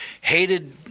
hated